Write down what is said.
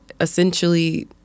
essentially